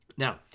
Now